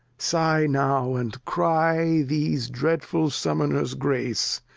sigh now, and cry these dreadful summoners grace,